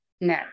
no